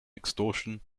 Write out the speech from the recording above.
extortion